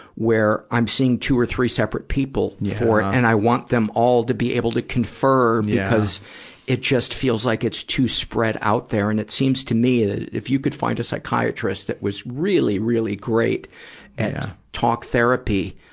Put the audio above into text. where i'm seeing two or three separate people for it. and i want them all to be able to confer yeah because it just feels like it's too spread out there. and it seems, to me, that if you could find a psychiatrist that was really, really great at yeah talk therapy,